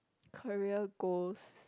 career goals